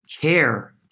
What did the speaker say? care